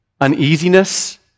uneasiness